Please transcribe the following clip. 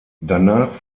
danach